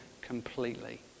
completely